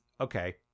okay